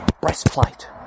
breastplate